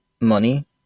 money